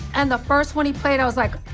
and the first one he played i was like,